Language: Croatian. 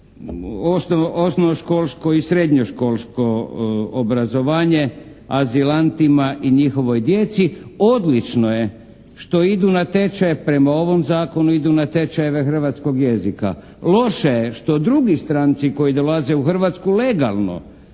osnovno školsko i srednje školsko obrazovanje azilantima i njihovoj djeci. Odlično je što idu na tečajeve, prema ovom zakonu idu na tečajeve hrvatskog jezika. Loše je što drugi stranci koji dolaze u Hrvatsku legalno